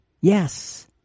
Yes